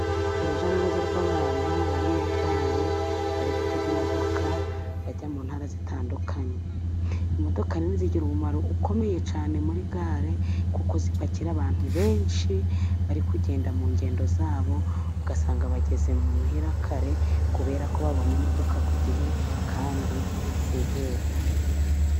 Urujya n'uruza rw'abantu bari muri gare, bari gutega imodoka bajya mu ntara zitandukanye, imodoka nini zigira umumaro ukomeye cyane muri gare, kuko zipakira abantu benshi bari kugenda mu ngendo zabo, ugasanga bageze imuhira kare kubera ko babonye imodoka ku gihe kandi zihuta.